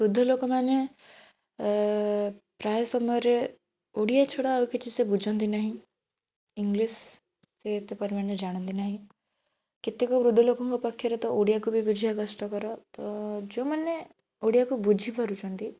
ବୃଦ୍ଧ ଲୋକମାନେ ପ୍ରାୟ ସମୟରେ ଓଡ଼ିଆ ଛଡ଼ା ଆଉ କିଛି ସେ ବୁଝିନ୍ତି ନାହିଁ ଇଂଲିଶ ସିଏ ଏତେ ପରିମାଣରେ ଜାଣନ୍ତି ନାହିଁ କେତେକ ବୃଦ୍ଧ ଲୋକଙ୍କ ପାଖରେ ତ ଓଡ଼ିଆକୁ ବି ବୁଝିବା କଷ୍ଟକର ତ ଯେଉଁମାନେ ଓଡ଼ିଆକୁ ବୁଝିପାରୁଛନ୍ତି